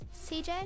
CJ